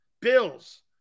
Bills